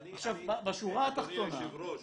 אדוני היושב-ראש,